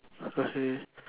okay